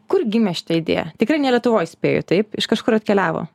kur gimė šita idėja tikrai ne lietuvoj spėju taip iš kažkur atkeliavo